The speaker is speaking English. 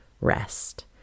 rest